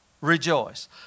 Rejoice